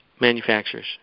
manufacturers